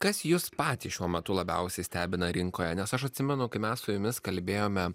kas jus patį šiuo metu labiausiai stebina rinkoje nes aš atsimenu kai mes su jumis kalbėjome